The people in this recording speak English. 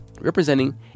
representing